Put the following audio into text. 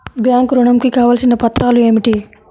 Bank ఋణం కు కావలసిన పత్రాలు ఏమిటి?